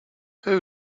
who